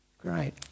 great